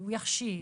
הוא יכשיר.